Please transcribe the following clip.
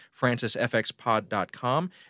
francisfxpod.com